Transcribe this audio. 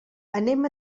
anem